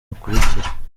bakurikira